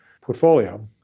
portfolio